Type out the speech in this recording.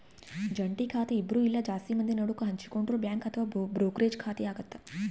ಜಂಟಿ ಖಾತೆ ಇಬ್ರು ಇಲ್ಲ ಜಾಸ್ತಿ ಮಂದಿ ನಡುಕ ಹಂಚಿಕೊಂಡಿರೊ ಬ್ಯಾಂಕ್ ಅಥವಾ ಬ್ರೋಕರೇಜ್ ಖಾತೆಯಾಗತೆ